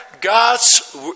God's